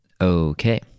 Okay